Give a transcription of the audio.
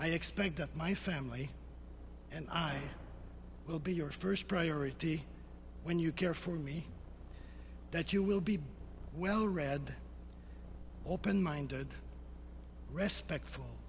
i expect that my family and i will be your first priority when you care for me that you will be well read open minded resp